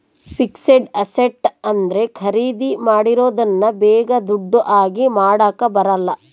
fixed asset ಅಂದ್ರೆ ಖರೀದಿ ಮಾಡಿರೋದನ್ನ ಬೇಗ ದುಡ್ಡು ಆಗಿ ಮಾಡಾಕ ಬರಲ್ಲ